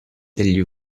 degli